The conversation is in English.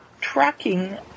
tracking